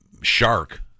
shark